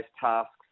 tasks